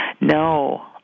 No